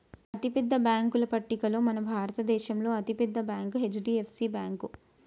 అతిపెద్ద బ్యేంకుల పట్టికలో మన భారతదేశంలో అతి పెద్ద బ్యాంక్ హెచ్.డి.ఎఫ్.సి బ్యేంకు